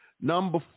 number